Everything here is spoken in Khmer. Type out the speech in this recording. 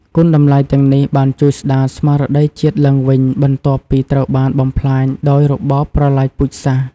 គុណតម្លៃទាំងនេះបានជួយស្តារស្មារតីជាតិឡើងវិញ បន្ទាប់ពីត្រូវបានបំផ្លាញដោយរបបប្រល័យពូជសាសន៍។